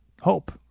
hope